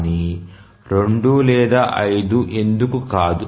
కానీ 2 లేదా 5 ఎందుకు కాదు